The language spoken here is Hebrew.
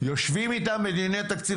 יושבים איתם בדיוני תקציב,